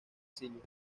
sicilia